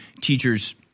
teachers –